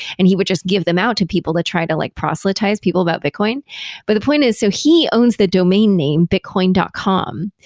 and he would just give them out to people that try to like proselytize people about bitcoin but the point is, so he owns the domain name bitcoin dot com.